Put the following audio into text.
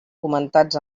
comentats